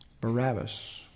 Barabbas